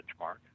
benchmark